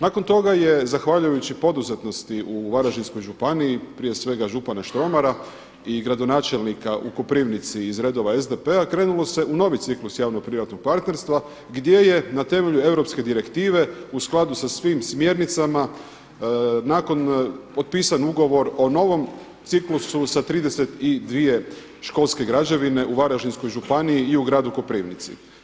Nakon toga je zahvaljujući poduzetnosti u Varaždinskoj županiji, prije svega župana Štromara i gradonačelnika u Koprivnici iz redova SDP-a krenulo se u novi ciklus javno-privatnog partnerstva gdje je na temelju europske direktive u skladu sa svim smjernicama nakon potpisan ugovor o novom ciklusu sa 32 školske građevine u Varaždinskoj županiji i u gradu Koprivnici.